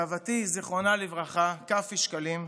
סבתי, זיכרונה לברכה, קאפי שקלים,